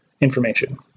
information